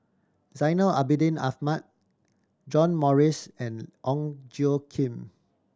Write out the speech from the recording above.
Zainal Abidin Ahmad John Morrice and Ong Tjoe Kim